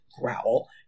growl